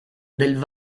del